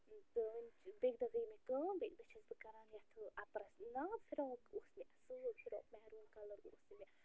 تہٕ وۄنۍ چھِ بیٚیہِ کہِ دۄہ گٔے مےٚ کٲم بیٚیہِ دۄہ چھَس بہٕ کَران یَتھ اَپرَس نا فِراکھ اوس مےٚ اَصٕل فِراکھ میروٗن کَلَر اوس نہٕ مےٚ